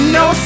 no